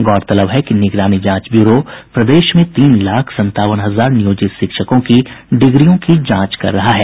गौरतलब है कि निगरानी जांच ब्यूरो प्रदेश में तीन लाख संतावन हजार नियोजित शिक्षकों की डिग्रियों की जांच कर रहा है